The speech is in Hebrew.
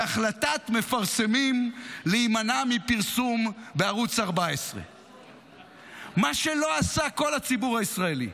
בהחלטת מפרסמים להימנע מפרסום בערוץ 14. מה שלא עשה כל הציבור הישראלי,